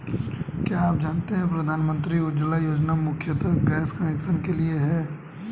क्या आप जानते है प्रधानमंत्री उज्ज्वला योजना मुख्यतः गैस कनेक्शन के लिए है?